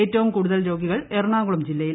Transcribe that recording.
ഏറ്റവും കൂടുതൽ രോഗികൾ എറണാകുളം ജില്ലയിൽ